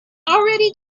already